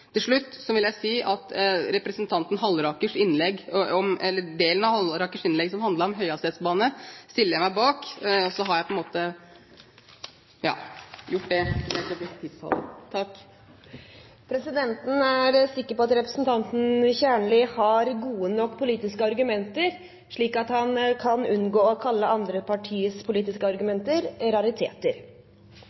delen av representanten Hallerakers innlegg som handlet om høyhastighetsbane, stiller jeg meg bak. Presidenten er sikker på at representanten Kjernli har gode nok politiske argumenter, slik at han kan unngå å kalle andre partiers politiske argumenter